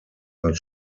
not